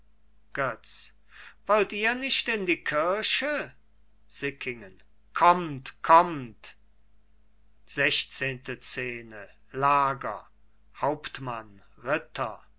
götz wollt ihr nicht in die kirche sickingen kommt kommt hauptmann